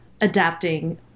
adapting